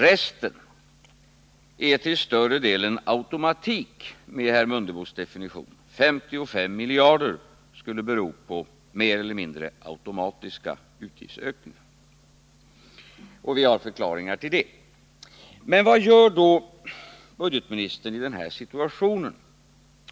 Resten är med herr Mundebos definition till större delen automatik. 55 miljarder skulle mer eller mindre hänföra sig till automatiska utgiftshöjningar, som det finns olika förklaringar till. Vad gör då budgetministern i denna situation?